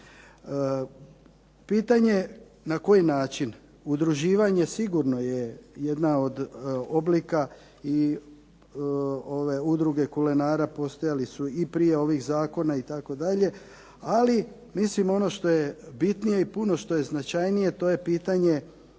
Pitanje na koji način? Udruživanje sigurno je jedna od oblika. Ove udruge kulenara postojale su i prije ovih zakona itd. Ali mislim ono što je bitnije i puno što je značajnije to je pitanje